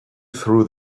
through